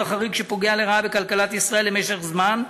חריג שפוגע לרעה בכלכלת ישראל למשך זמן,